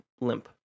limp